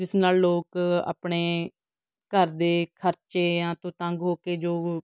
ਜਿਸ ਨਾਲ ਲੋਕ ਆਪਣੇ ਘਰ ਦੇ ਖਰਚਿਆਂ ਤੋਂ ਤੰਗ ਹੋ ਕੇ ਜੋ